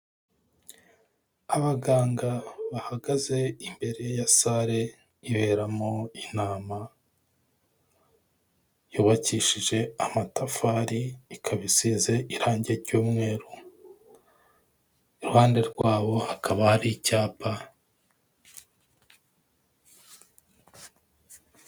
Abaganga bahagaze imbere ya sale iberamo inama, yubakishije amatafari ikaba isize irangi ry'umweru, iruhande rwabo hakaba hari icyapa.